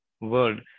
world